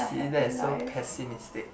see that is so pessimistic